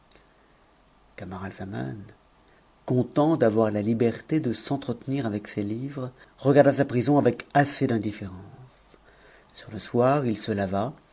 catnaralzaman content d'avoir la liberté de s'entretenir avec ses livres cgarda sa prison avec assez d'indifférence sur le soir il se lava